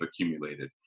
accumulated